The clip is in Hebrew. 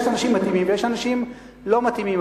יש אנשים מתאימים ויש אנשים לא מתאימים,